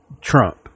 Trump